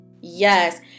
Yes